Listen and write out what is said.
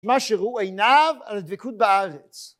מה שהוא עיניו על דבקות בארץ